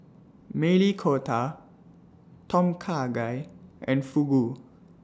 Maili Kofta Tom Kha Gai and Fugu